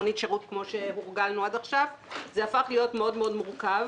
כל זה הפך להיות מאוד מורכב.